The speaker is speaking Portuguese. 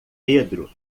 pedro